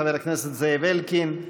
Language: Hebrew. חבר הכנסת זאב אלקין,